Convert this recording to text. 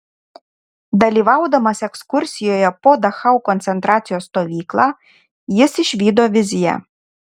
dalyvaudamas ekskursijoje po dachau koncentracijos stovyklą jis išvydo viziją